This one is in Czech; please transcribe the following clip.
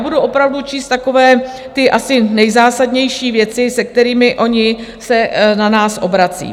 Budu opravdu číst takové ty asi nejzásadnější věci, se kterými oni se na nás obrací.